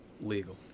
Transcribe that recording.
legal